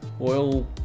oil